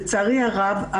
לצערי הרב,